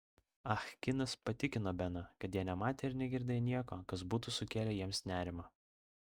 ah kinas patikino beną kad jie nematė ir negirdėjo nieko kas būtų sukėlę jiems nerimą